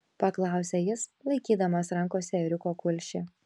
paklausė jis laikydamas rankose ėriuko kulšį